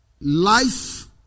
life